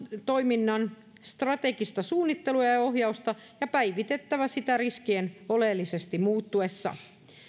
toiminnan strategista suunnittelua ja ja ohjausta ja päivitettävä sitä riskien oleellisesti muuttuessa